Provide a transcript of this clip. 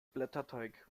blätterteig